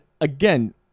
again